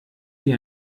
die